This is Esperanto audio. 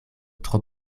tro